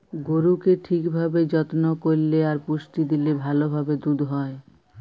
গরুকে ঠিক ভাবে যত্ন করল্যে আর পুষ্টি দিলে ভাল ভাবে দুধ হ্যয়